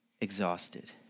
Exhausted